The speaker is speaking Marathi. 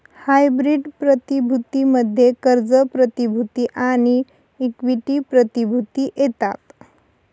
हायब्रीड प्रतिभूती मध्ये कर्ज प्रतिभूती आणि इक्विटी प्रतिभूती येतात